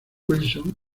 wilson